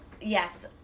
Yes